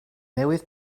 newydd